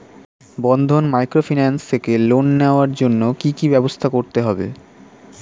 বন্ধন microfinance থেকে loan নেওয়ার জন্য কি কি ব্যবস্থা করতে হবে?